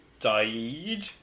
died